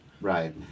right